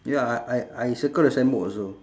ya I I I circle the sign board also